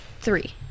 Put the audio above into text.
three